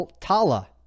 Tala